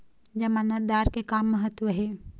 जमानतदार के का महत्व हे?